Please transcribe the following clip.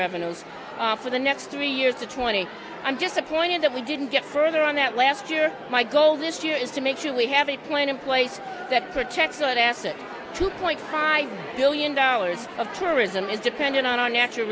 revenues for the next three years to twenty i'm just a point that we didn't get further on that last year my goal this year is to make sure we have a plan in place that protects that asset two point five billion dollars of tourism is dependent on our natural